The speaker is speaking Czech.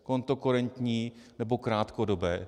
Kontokorentní nebo krátkodobé.